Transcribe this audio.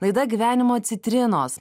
laida gyvenimo citrinos